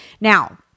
Now